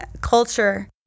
culture